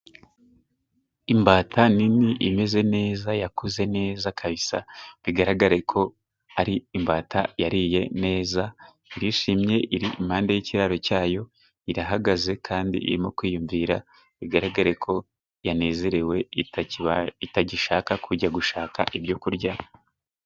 Imbata nini imeze neza yakuze neza kabisa bigaragare ko ari imbata yariye neza, irishimye iri impande y'ikiraro cyayo irahagaze kandi irimo kwiyumvira igaragare ko yanezerewe itakiba itagishaka kujya gushaka ibyo kurya.